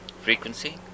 frequency